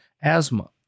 asthma